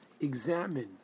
examine